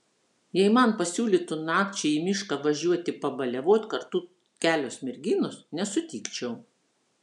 jei man pasiūlytų nakčiai į mišką važiuoti pabaliavoti kartu kelios merginos nesutikčiau